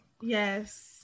Yes